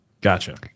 Gotcha